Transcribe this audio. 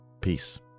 Peace